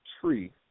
tree